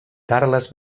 carles